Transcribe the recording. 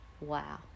Wow